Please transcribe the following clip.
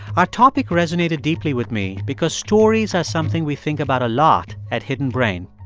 our topic resonated deeply with me because stories are something we think about a lot at hidden brain.